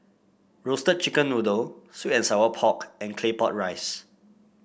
Roasted Chicken Noodle sweet and Sour Pork and Claypot Rice